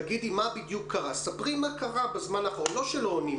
ספרי בדיוק מה קרה בזמן האחרון, ולא שלא עונים.